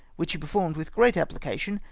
which he performed with great application,